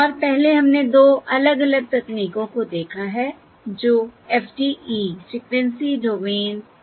और पहले हमने 2 अलग अलग तकनीकों को देखा है जो FDE फ्रीक्वेंसी डोमेन इक्वलाइज़ेशन है